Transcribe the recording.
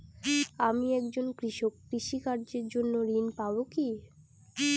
আমি একজন কৃষক কৃষি কার্যের জন্য ঋণ পাব কি?